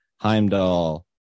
Heimdall